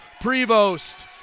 Prevost